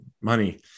money